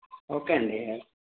okay అండి